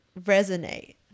resonate